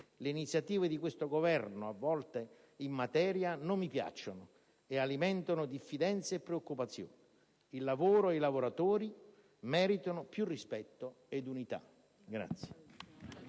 le iniziative di questo Governo in materia non mi piacciono, ed alimentano diffidenze e preoccupazioni. Il lavoro e i lavoratori meritano più rispetto ed unità.